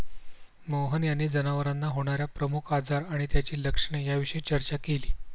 मोहन यांनी जनावरांना होणार्या प्रमुख आजार आणि त्यांची लक्षणे याविषयी चर्चा केली